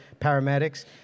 paramedics